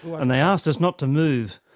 and they asked us not to move.